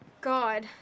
god